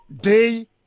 day